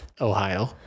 Ohio